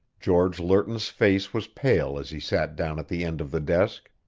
george lerton's face was pale as he sat down at the end of the desk.